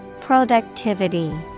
Productivity